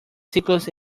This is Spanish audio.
ciclos